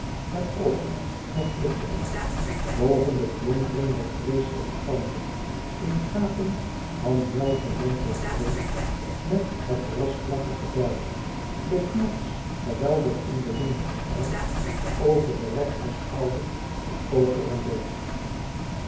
der oogen nog flikkerden boven de flonkering der vreeslijke tanden in gaping van muilgemanteld breed met het rosvlakkige vel de knots geweldig in den linkerarm over den rechterschouder de koker en boog